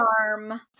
Charm